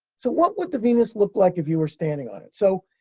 so, what would the venus look like if you were standing on it? so,